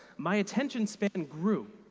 my attention span and grew.